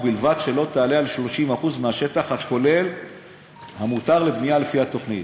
ובלבד שלא תעלה על 30% מהשטח הכולל המותר לבנייה לפי התוכנית.